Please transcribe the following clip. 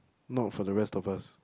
not for the rest of us